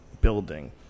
building